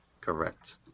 Correct